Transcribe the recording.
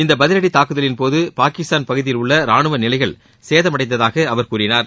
இந்த பதிவடி தாக்குதலின்போது பாகிஸ்தான் பகுதியில் உள்ள ரானுவ நிலைகள் சேதமடைந்ததாக அவர் கூறினார்